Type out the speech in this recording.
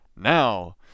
Now